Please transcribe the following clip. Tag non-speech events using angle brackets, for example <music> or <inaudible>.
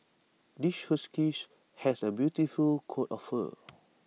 this <unintelligible> has A beautiful coat of fur